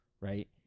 right